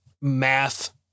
math